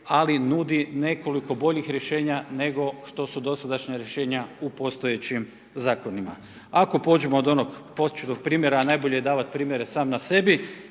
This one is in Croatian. ali nudi nekoliko boljih rješenja nego što su dosadašnja rješenja u postojećim zakonima. Ako pođemo od onog početnog primjera a najbolje je davati primjere sam na sebi,